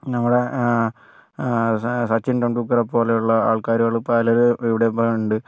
ഞങ്ങളുടെ സ സച്ചിൻ ടെണ്ടുൽക്കറെ പോലെയുള്ള ആൾക്കാരുകള് പലരും ഇവിടെ ഇപ്പോൾ ഉണ്ട്